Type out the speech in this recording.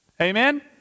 Amen